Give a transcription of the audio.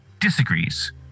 disagrees